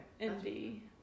Envy